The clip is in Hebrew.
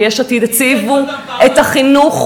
השר פירון ויש עתיד הציבו את החינוך,